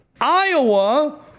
Iowa